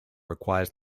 requires